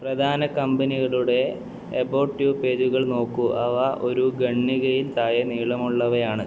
പ്രധാന കമ്പനികളുടെ about us പേജുകൾ നോക്കൂ അവ ഒരു ഖണ്ഡികയിൽ താഴെ നീളമുള്ളവയാണ്